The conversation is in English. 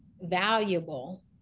valuable